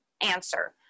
answer